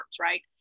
right